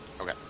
Okay